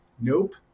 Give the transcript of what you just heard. nope